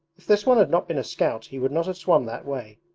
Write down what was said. if this one not been a scout he would not have swum that way.